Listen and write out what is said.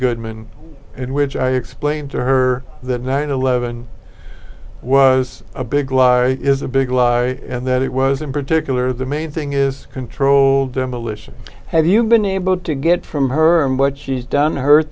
goodman in which i explained to her that night eleven was a big lie is a big lie and that it was in particular the main thing is controlled demolition have you been able to get from her and what she's done he